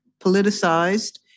politicized